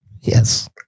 yes